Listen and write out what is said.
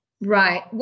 Right